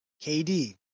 KD